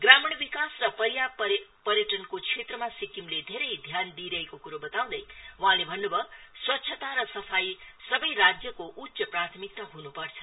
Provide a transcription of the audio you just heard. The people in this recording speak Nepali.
ग्रामीण विकास र पर्यापर्यटनको क्षेत्रमा सिक्किमले धेरै ध्यान दिइरहेको क्रो बताउँदै वहाँले भन्न् भयो स्वच्छता र सफाई सबै राज्यको उच्च प्राथमिकता हन्पर्छ